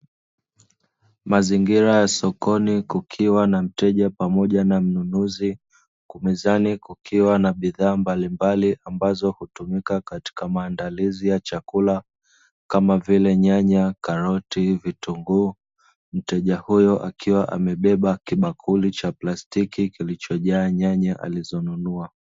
Mazingira ya sokoni kukiwa na mteja pamoja na mnunuzi, mezani kukiwa na bidhaa mbalimbali ambazo hutumika katika maandalizi ya chakula kama vile nyanya, karoti, vitunguu. Mteja huyo akiwa amebeba kibakuli cha plastiki, kilichojaa nyanya alizonunua.